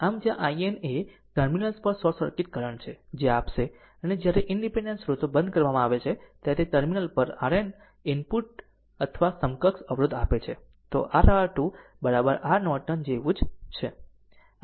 આમ જ્યાં i N એ ટર્મિનલ્સ પર શોર્ટ સર્કિટ કરંટ છે જે આપશે અને જ્યારે ઇનડીપેન્ડેન્ટ સ્રોતો બંધ કરવામાં આવે ત્યારે તે ટર્મિનલ પર R n ઇનપુટ અથવા સમકક્ષ અવરોધ આપે છે તે r R2 R નોર્ટન જેવું જ છે